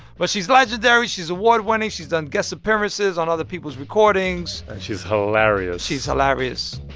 but she's legendary. she's award-winning. she's done guest appearances on other people's recordings and she's hilarious she's hilarious.